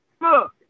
Look